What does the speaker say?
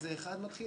1 מתחיל?